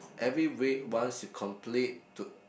every week once you complete to